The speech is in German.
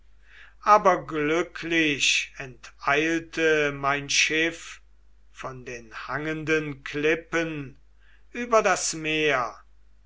aber glücklich enteilte mein schiff von den hangenden klippen über das meer